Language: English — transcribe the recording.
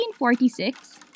1946